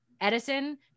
Edison